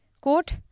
quote